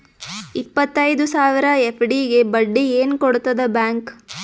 ಇಪ್ಪತ್ತೈದು ಸಾವಿರ ಎಫ್.ಡಿ ಗೆ ಬಡ್ಡಿ ಏನ ಕೊಡತದ ಬ್ಯಾಂಕ್?